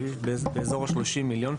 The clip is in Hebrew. בערך 30 מיליון,